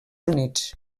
units